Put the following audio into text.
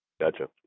gotcha